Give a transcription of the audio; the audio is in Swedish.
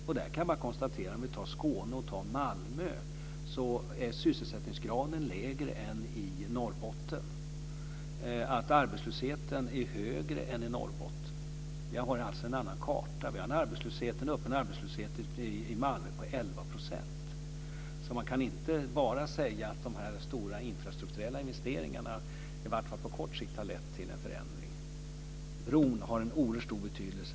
Vad gäller Skåne och Malmö kan jag bara konstatera att sysselsättningsgraden är lägre än i Norrbotten, att arbetslösheten är högre än i Norrbotten. Vi har alltså en annan karta. Den öppna arbetslösheten i Malmö ligger på 11 %. Man kan således inte bara säga att de stora infrastrukturella investeringarna, i varje fall på kort sikt, har lett till en förändring. Bron har oerhört stor betydelse.